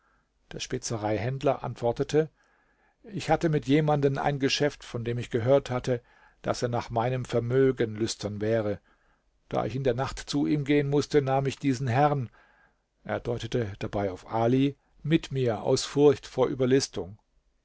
der spezereihändler antwortete ich hatte mit jemanden ein geschäft von dem ich gehört hatte daß er nach meinem vermögen lüstern wäre da ich in der nacht zu ihm gehen mußte nahm ich diesen herren er deutete dabei auf ali mit mir aus furcht vor überlistung